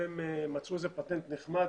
והם מצאו איזה פטנט נחמד